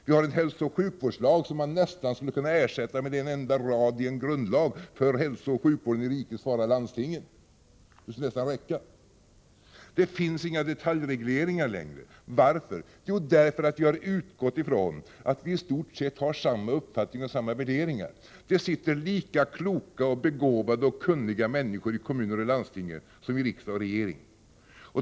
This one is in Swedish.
Vi har en hälsooch sjukvårdslag, som man nästan skulle kunna ersätta med en enda radi en grundlag för hälsooch sjukvården i riket. Det finns inga detaljregleringar längre, eftersom vi har utgått ifrån att vi i stort sett har samma uppfattning och samma värderingar. Det sitter lika kloka, begåvade och kunniga människor i kommuner och landsting som i riksdag och regering.